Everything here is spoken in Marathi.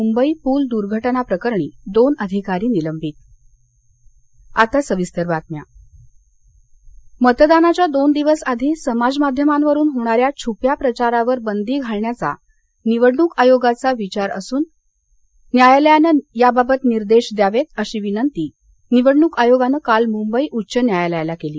मुंबई पूल दुर्घटना प्रकरणी दोन अधिकारी निलंबित आयोग मतदानाच्या दोन दिवस आधी समाज मध्यामांवरून होणाऱ्या छुप्या प्रचारावर बंदी घालण्याचा निवडून आयोगाचा विचार असून न्यायालयानं याबाबत निर्देश द्यावेत अशी विनंती निवडणूक आयोगानं काल मुंबई उच्च न्यायालयाला केली